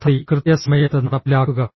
പദ്ധതി കൃത്യസമയത്ത് നടപ്പിലാക്കുക